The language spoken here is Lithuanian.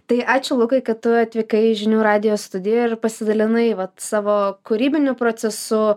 tai ačiū lukui kad tu atvykai į žinių radijo studiją ir pasidalinai vat savo kūrybiniu procesu